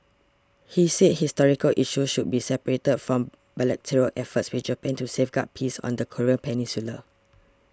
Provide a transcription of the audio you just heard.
he said historical issues should be separated from bilateral efforts with Japan to safeguard peace on the Korean peninsula